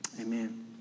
Amen